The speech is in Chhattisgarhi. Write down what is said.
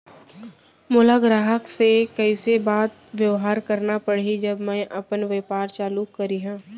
मोला ग्राहक से कइसे बात बेवहार करना पड़ही जब मैं अपन व्यापार चालू करिहा?